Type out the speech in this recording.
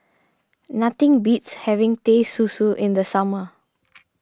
nothing beats having Teh Susu in the summer